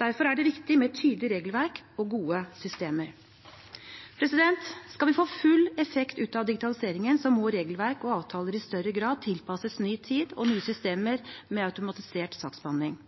Derfor er det viktig med tydelig regelverk og gode systemer. Skal vi få full effekt av digitaliseringen, må regelverk og avtaler i større grad tilpasses ny tid og nye systemer med automatisert saksbehandling.